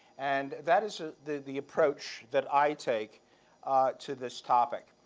and that is ah the the approach that i take to this topic.